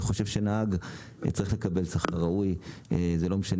אני חושב שנהג צריך לקבל שכר ראוי ולא משנה